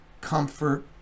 comfort